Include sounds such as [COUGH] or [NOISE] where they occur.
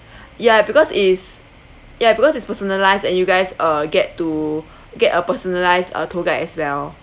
[BREATH] ya because it's ya because it's personalised and you guys uh get to get a personalised uh tour guide as well